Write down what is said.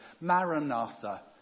Maranatha